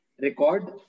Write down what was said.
record